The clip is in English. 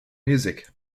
music